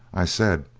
i said,